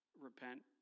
repent